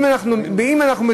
אם אנחנו מדברים,